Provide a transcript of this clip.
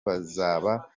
bazaba